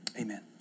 Amen